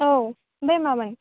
औ ओमफ्राय मामोन